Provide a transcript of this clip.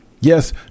Yes